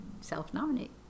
self-nominate